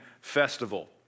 festival